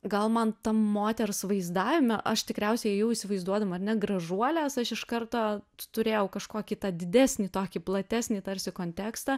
gal man moters vaizdavime aš tikriausiai jau įsivaizduodama ar ne gražuoles aš iš karto turėjau kažkokį tą didesnį tokį platesnį tarsi kontekstą